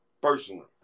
personally